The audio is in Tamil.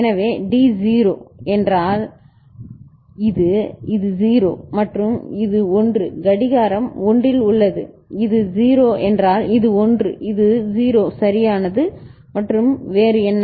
எனவே D 0 என்றால் இது இது 0 மற்றும் இது 1 கடிகாரம் 1 இல் உள்ளது இது 0 என்றால் இது 1 இது 0 சரியானது மற்றும் வேறு என்ன